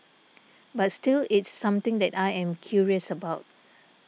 but still it's something that I am curious about